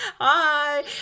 hi